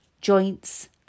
joints